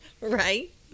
Right